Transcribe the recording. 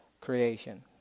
creation